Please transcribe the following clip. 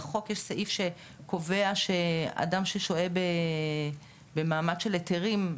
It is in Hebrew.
בחוק יש סעיף שקובע שאדם ששוהה במעמד של היתרים,